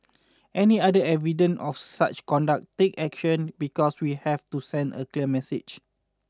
any other evident of such conduct take action because we have to send a clear message